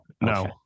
No